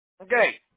Okay